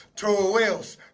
two wheels